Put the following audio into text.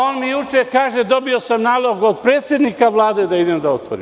On mi juče kaže dobio sam nalog od predsednika Vlade da idem da otvorim.